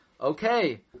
okay